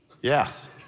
yes